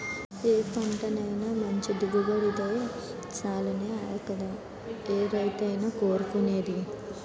ఏ పంటైనా మంచి దిగుబడినిత్తే సాలనే కదా ఏ రైతైనా కోరుకునేది?